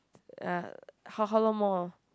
ah how how long more oh